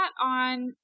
on